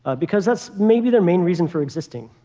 ah because that's maybe their main reason for existing.